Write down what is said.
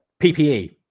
ppe